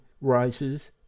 rises